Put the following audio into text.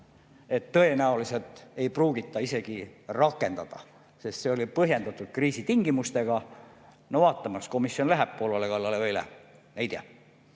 et tõenäoliselt ei pruugita isegi rakendada, sest see oli põhjendatud kriisitingimustega. No vaatame, kas komisjon läheb Poolale kallale või ei lähe. Ei tea.